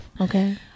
okay